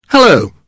Hello